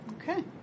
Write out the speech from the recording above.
Okay